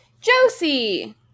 Josie